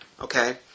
Okay